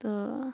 تہٕ